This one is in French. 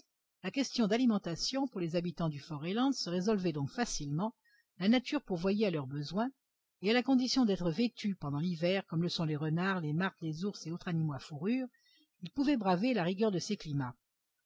la question d'alimentation pour les habitants du fort reliance se résolvait donc facilement la nature pourvoyait à leurs besoins et à la condition d'être vêtus pendant l'hiver comme le sont les renards les martres les ours et autres animaux à fourrures ils pouvaient braver la rigueur de ces climats